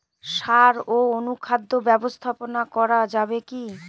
সাড় ও অনুখাদ্য ব্যবস্থাপনা করা যাবে কি?